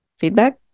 feedback